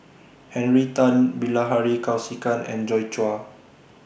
Henry Tan Bilahari Kausikan and Joi Chua